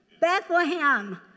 Bethlehem